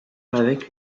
avec